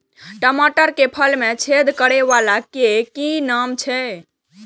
टमाटर के फल में छेद करै वाला के कि नाम छै?